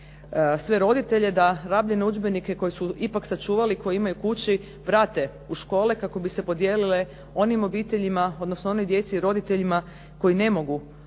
sve roditelje da rabljene udžbenike koje su ipak sačuvali koje imaju kući vrate u škole kako bi se podijelite onim obiteljima, odnosno onoj djeci i roditeljima koji ne mogu kupiti